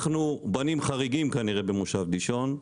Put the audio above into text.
אנחנו במושב דישון כנראה בנים חריגים,